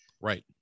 Right